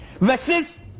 Versus